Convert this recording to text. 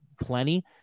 plenty